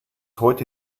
heute